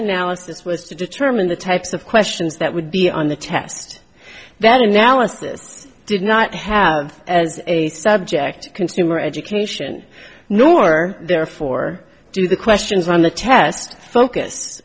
analysis was to determine the types of questions that would be on the test that analysis did not have as a subject consumer education nor therefore do the questions on the test focus